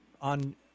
on